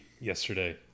yesterday